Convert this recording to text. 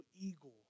eagle